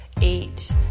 eight